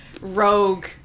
rogue